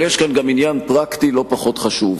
אבל יש כאן גם עניין פרקטי לא פחות חשוב.